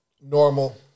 normal